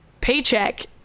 paycheck